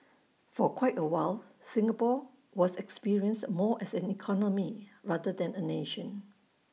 for quite A while Singapore was experienced more as an economy rather than A nation